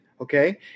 okay